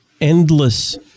endless